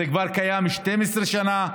זה קיים כבר 12 שנה.